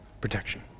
protection